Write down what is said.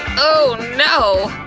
oh no!